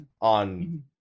on